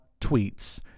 tweets